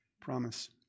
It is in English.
promise